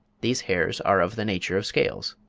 these hairs are of the nature of scales.